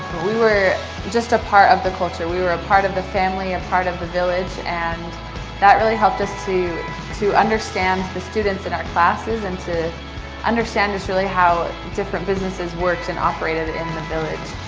we were just a part of the culture. we were a part of the family, a part of the village, and that really helped us to to understand the students in our classes, and to understand just really how different businesses worked and operated and and village.